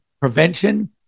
prevention